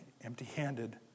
empty-handed